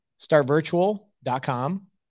Startvirtual.com